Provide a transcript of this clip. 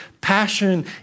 passion